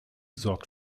sorgt